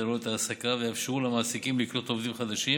עלויות ההעסקה ויאפשרו למעסיקים לקלוט עובדים חדשים